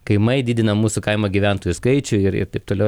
kaimai didina mūsų kaimo gyventojų skaičių ir ir taip toliau